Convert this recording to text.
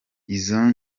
izo